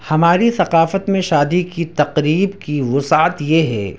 ہماری ثقافت میں شادی کی تقریب کی وسعت یہ ہے